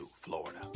Florida